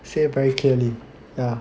say very clearly ya